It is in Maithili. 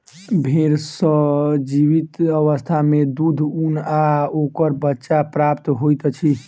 भेंड़ सॅ जीवित अवस्था मे दूध, ऊन आ ओकर बच्चा प्राप्त होइत अछि